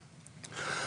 נכון.